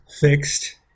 fixed